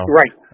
right